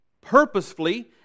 purposefully